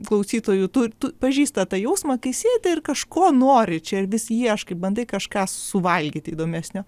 klausytojų tur tu pažįsta tą jausmą kai sėdi ir kažko nori čia ir vis ieškai bandai kažką suvalgyti įdomesnio